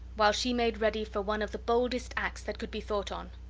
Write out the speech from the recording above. while she made ready for one of the boldest acts that could be thought on.